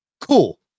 Cool